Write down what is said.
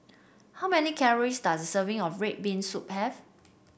how many calories does serving of red bean soup have